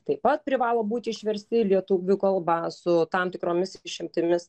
taip pat privalo būti išversti į lietuvių kalbą su tam tikromis išimtimis